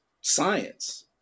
science